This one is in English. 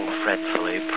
fretfully